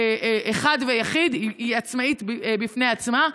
אחד ויחיד, היא עצמאית בפני עצמה.